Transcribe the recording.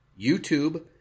YouTube